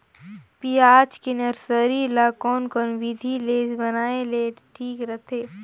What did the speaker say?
पियाज के नर्सरी ला कोन कोन विधि ले बनाय ले ठीक रथे?